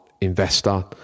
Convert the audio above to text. investor